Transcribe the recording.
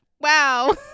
Wow